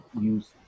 use